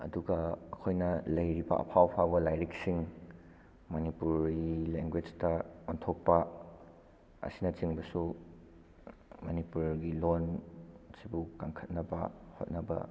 ꯑꯗꯨꯒ ꯑꯩꯈꯣꯏꯅ ꯂꯩꯔꯤꯕ ꯑꯐꯥꯎ ꯑꯐꯥꯎꯕ ꯂꯥꯏꯔꯤꯛꯁꯤꯡ ꯃꯅꯤꯄꯨꯔꯒꯤ ꯂꯦꯡꯒ꯭ꯋꯦꯖꯇ ꯑꯣꯟꯊꯣꯛꯄ ꯑꯁꯤꯅꯆꯤꯡꯕꯁꯨ ꯃꯅꯤꯄꯨꯔꯒꯤ ꯂꯣꯟ ꯑꯁꯤꯕꯨ ꯀꯪꯈꯠꯅꯕ ꯍꯣꯠꯅꯕ